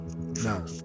no